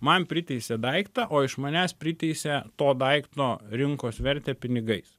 man priteisė daiktą o iš manęs priteisė to daikto rinkos vertę pinigais